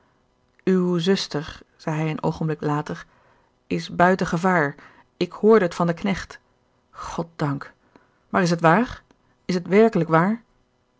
uwe zuster zei hij een oogenblik later is buiten gevaar ik hoorde het van den knecht goddank maar is het waar is het werkelijk waar